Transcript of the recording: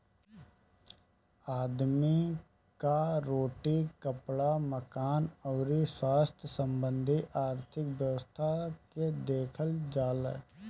आदमी कअ रोटी, कपड़ा, मकान अउरी स्वास्थ्य संबंधी आर्थिक व्यवस्था के देखल जाला